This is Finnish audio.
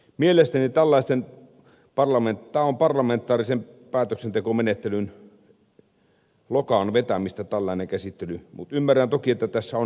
mielestäni tällainen käsittely on parlamentaarisen päätöksentekomenettelyn lokaan vetämistä mutta ymmärrän toki että tässä on hätä